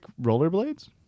rollerblades